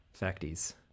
Facties